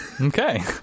Okay